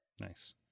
Nice